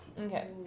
Okay